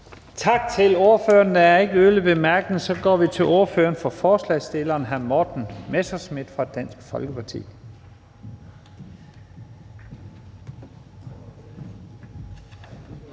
Tak til ordføreren. Der er ikke yderligere bemærkninger. Så går vi til ordføreren for forslagsstillerne, hr. Morten Messerschmidt fra Dansk Folkeparti.